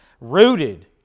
rooted